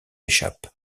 échappe